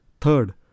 Third